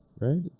right